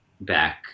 back